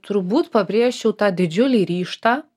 turbūt pabrėžčiau tą didžiulį ryžtą